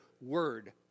word